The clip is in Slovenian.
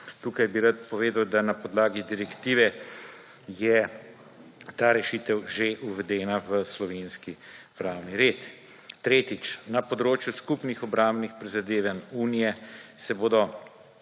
Tukaj bi rad povedal, da na podlagi direktive je ta rešitev že uvedena v slovenski pravni red. Tretjič; na področju skupnih obrambnih prizadevanj unije, se bodo